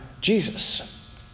Jesus